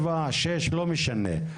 שבע, שש, לא משנה.